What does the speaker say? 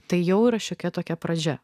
tai jau yra šiokia tokia pradžia